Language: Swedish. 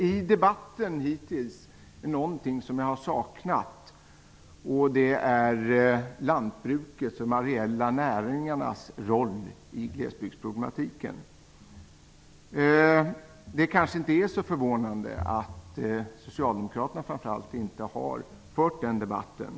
Något som jag hittills saknat i debatten är lantbrukets och de andra areella näringarnas roll i glesbygdsproblematiken. Det kanske inte är så förvånande att framför allt socialdemokraterna inte har fört den debatten.